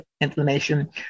inflammation